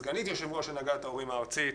סגנית יושב-ראש הנהגת ההורים הארצית.